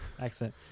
accent